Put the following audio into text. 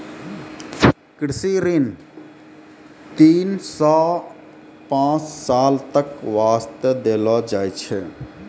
कृषि ऋण तीन सॅ पांच साल तक वास्तॅ देलो जाय छै